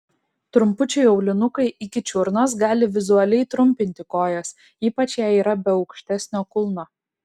trumpučiai aulinukai iki čiurnos gali vizualiai trumpinti kojas ypač jei yra be aukštesnio kulno